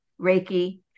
reiki